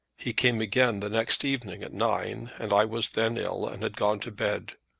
he came again the next evening at nine, and i was then ill, and had gone to bed.